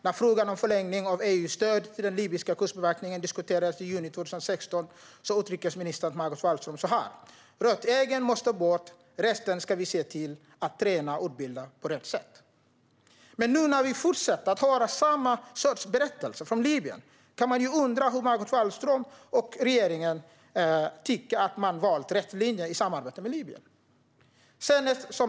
När frågan om förlängning av EU:s stöd till den libyska kustbevakningen diskuterades i juni 2016 sa utrikesminister Margot Wallström så här: "Rötäggen måste bort, resten ska vi se till att träna och utbilda på rätt sätt." Men när vi nu fortsätter att höra samma sorts berättelser från Libyen kan man ju undra om Margot Wallström och andra i regeringen tycker att man valt rätt linje i samarbetet med Libyen.